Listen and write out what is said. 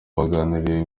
baganiriye